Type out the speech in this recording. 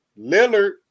Lillard